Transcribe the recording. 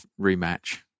rematch